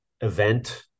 event